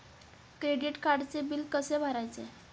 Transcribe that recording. Credit कार्डचे bill कसे भरायचे?